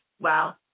wow